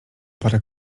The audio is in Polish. parę